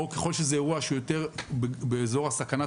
או ככל שזה אירוע שיותר באזור סכנת